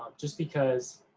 just because